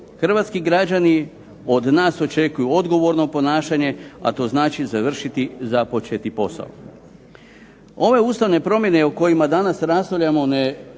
Hrvatski građani od nas očekuju odgovorno ponašanje, a to znači završiti započeti posao. Ove ustavne promjene o kojima danas raspravljamo ne